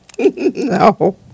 No